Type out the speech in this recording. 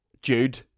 Jude